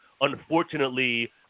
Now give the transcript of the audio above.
unfortunately